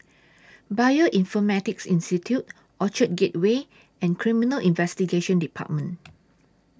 Bioinformatics Institute Orchard Gateway and Criminal Investigation department